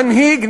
מנהיג,